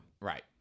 Right